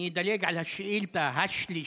אני אדלג אל השאילתה השלישית,